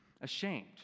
Ashamed